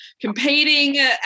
competing